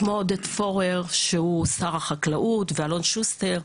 כמו עודד פורר שהוא שר החקלאות ואלון שוסטר,